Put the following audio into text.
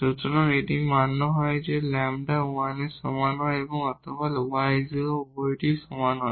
সুতরাং এটি মান্য হয় যখন λ 1 এর সমান হয় অথবা এই y 0 বা উভয়টির সমান হয়